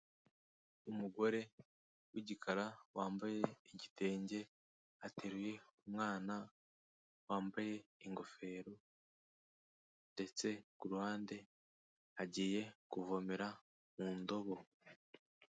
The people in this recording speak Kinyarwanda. Umugore w'igikara wambaye igitenge ateruye umwana wambaye ingofero ndetse ku ruhande agiye kuvomera mu ndobo.